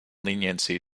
leniency